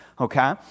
okay